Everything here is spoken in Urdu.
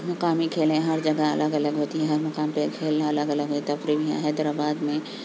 مقامی کھیلیں ہر جگہ الگ الگ ہوتی ہیں ہر مقام پہ کھیلنا الگ الگ ہیں تفریح بھی ہیں حیدر آباد میں